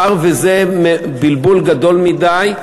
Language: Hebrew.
מאחר שזה בלבול גדול מדי,